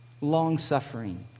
long-suffering